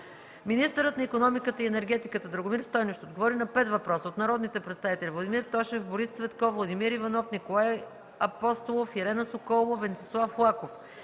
Министърът на икономиката и енергетиката Драгомир Стойнев ще отговори на пет въпроса от народните представители